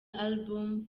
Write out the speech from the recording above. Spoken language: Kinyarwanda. album